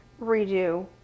redo